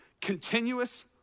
continuous